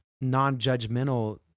non-judgmental